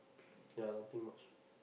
ya nothing much